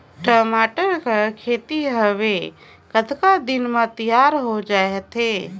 टमाटर कर खेती हवे कतका दिन म तियार हो जाथे?